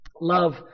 Love